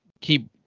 keep